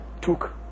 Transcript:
took